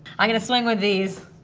i'm gonna swing with these.